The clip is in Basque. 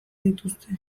dituzte